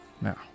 Now